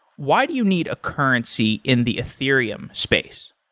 why do you need a currency in the ethereum space?